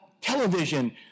television